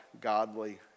godly